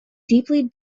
deeply